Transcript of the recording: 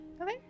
okay